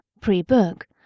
Pre-book